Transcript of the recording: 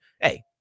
hey